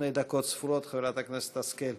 לפני דקות ספורות חברת הכנסת השכל,